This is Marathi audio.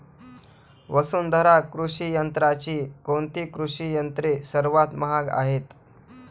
वसुंधरा कृषी यंत्राची कोणती कृषी यंत्रे सर्वात महाग आहेत?